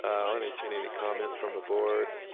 i'll entertain any comments from the board.